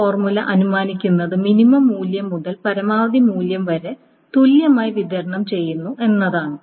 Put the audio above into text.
ഈ ഫോർമുല അനുമാനിക്കുന്നത് മിനിമം മൂല്യം മുതൽ പരമാവധി മൂല്യം വരെ തുല്യമായി വിതരണം ചെയ്യുന്നു എന്നാണ്